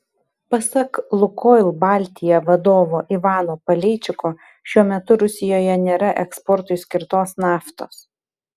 pasak lukoil baltija vadovo ivano paleičiko šiuo metu rusijoje nėra eksportui skirtos naftos